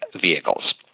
vehicles